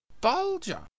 Bulger